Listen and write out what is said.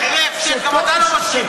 למחירי הפסד גם אתה לא מסכים.